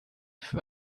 for